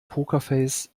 pokerface